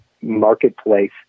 marketplace